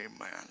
amen